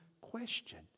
question